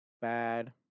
Bad